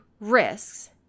risks